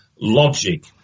logic